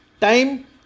time